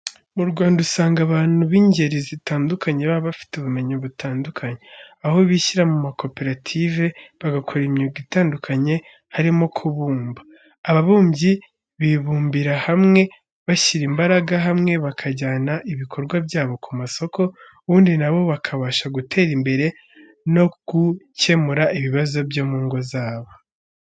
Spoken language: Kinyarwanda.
Mu Rwanda usanga abantu b'ingeri zitandukanye baba bafite ubumenyi butandukanye, aho bishyira mu makoperative bagakora imyuga itandukanye harimo kubumba. Ababumyi bibumbira hamwe bashyira imbaraga hamwe bakajyana ibikorwa byabo ku masoko, ubundi na bo bakabasha gutera imbere no gukemura ibibazo byo mu ngo zabo.